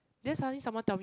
then suddenly someone tell me